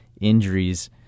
injuries